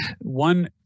One